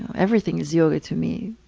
everything is yoga to me.